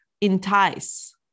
entice